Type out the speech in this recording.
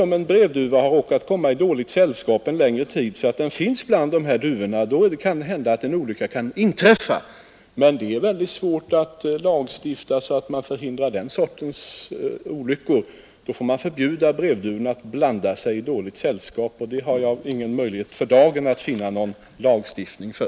Om en brevduva råkar hamna i dåligt sällskap en tid, så att den förekommer bland stadsduvorna, kan det ju hända en olycka med avskjutning. Men det är mycket svårt att lagstifta så att man förhindrar den sortens olyckor. Då får man förbjuda brevduvorna att hamna i dåligt sällskap, och det har jag för dagen ingen möjlighet att finna någon lagstiftning för.